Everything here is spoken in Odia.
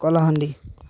କଳାହାଣ୍ଡି